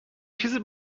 چیزی